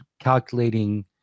calculating